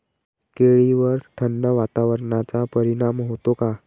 केळीवर थंड वातावरणाचा परिणाम होतो का?